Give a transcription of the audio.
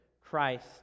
Christ